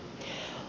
energia